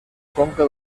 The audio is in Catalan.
conca